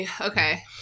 Okay